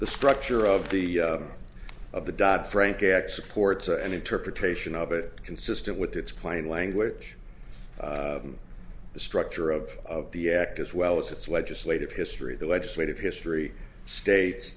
the structure of the of the dodd frank act supports an interpretation of it consistent with its plain language the structure of the act as well as its legislative history the legislative history states